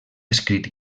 escrit